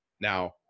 Now